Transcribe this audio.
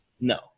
No